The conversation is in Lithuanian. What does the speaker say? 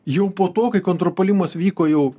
jau po to kai kontrpuolimas vyko jau